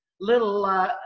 little